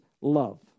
love